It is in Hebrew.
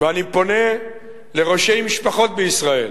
אני פונה אל ראשי משפחות בישראל: